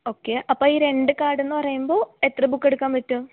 okay അപ്പം ഈ രണ്ട് കാർഡെന്ന് പറയുമ്പോൾ എത്ര ബുക്ക് എടുക്കാൻ പറ്റും